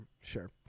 sure